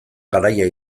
garaile